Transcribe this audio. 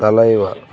తలైవా